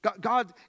God